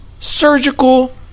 Surgical